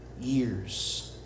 years